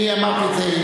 אני אמרתי את זה.